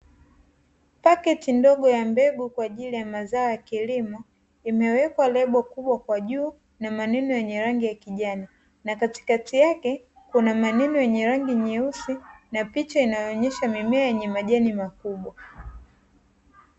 Pakiti ndogo ya mbegu kwa ajili ya mazao ya kilimo, imewekwa lebo kubwa kwa juu na maneno yenye rangi ya kijani na katikati yake kuna maneno yenye rangi nyeusi na picha inayoonesha mimea yenye majani makubwa.